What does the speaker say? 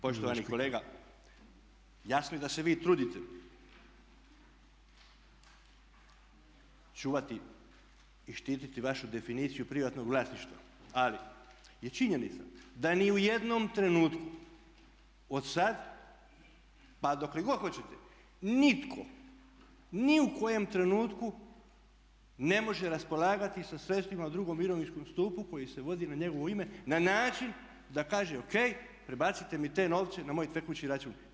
Poštovani kolega jasno je da se vi trudite čuvati i štititi vašu definiciju privatnog vlasništva, ali je činjenica da ni u jednom trenutku od sad pa dokle god hoćete nitko ni u kojem trenutku ne može raspolagati sa sredstvima u II. mirovinskom stupu koji se vodi na njegovo ime na način da kaže ok prebacite mi te novce na moj tekući račun.